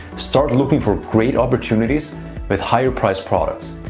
start looking for great opportunities with higher priced products.